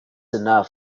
enough